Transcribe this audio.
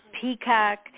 peacock